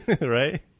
right